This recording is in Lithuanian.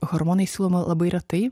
hormonai siūloma labai retai